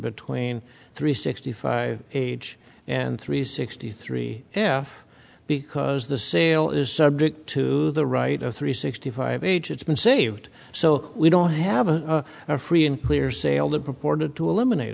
between three sixty five age and three sixty three f because the sale is subject to the right of three sixty five age it's been saved so we don't have a free and clear sale that purported to eliminate